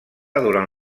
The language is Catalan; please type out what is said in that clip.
durant